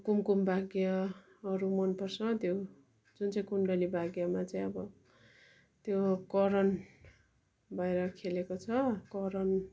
कुमकुम भाग्यहरू मनपर्छ त्यो जुन चाहिँ कुण्डली भाग्यमा चाहिँ अब त्यो करण भएर खेलेको छ करण